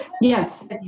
Yes